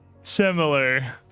similar